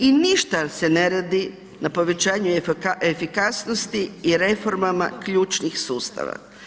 I ništa se ne radi na povećanju efikasnosti i reformama ključnih sustava.